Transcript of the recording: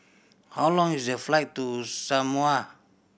how long is the flight to Samoa